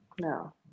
No